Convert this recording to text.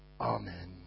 Amen